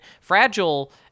Fragile